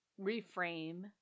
reframe